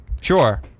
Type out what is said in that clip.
Sure